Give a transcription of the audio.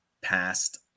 past